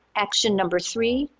action number three,